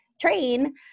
train